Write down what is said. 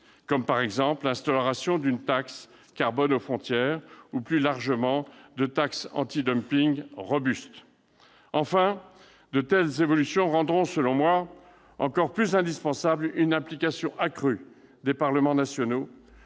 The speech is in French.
comme, par exemple, l'instauration d'une taxe carbone aux frontières ou, plus largement, de taxes antidumping robustes. Enfin, de telles évolutions rendront encore plus indispensable, selon moi, une implication accrue des parlements nationaux